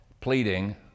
pleading